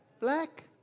Black